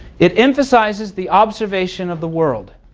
it emphasizes the observation of the world.